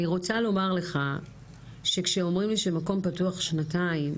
אני רוצה לומר לך שכשאומרים לי שמקום פתוח שנתיים,